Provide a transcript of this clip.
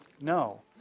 No